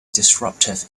disruptive